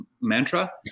mantra